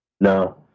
No